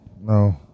No